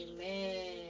Amen